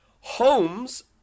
homes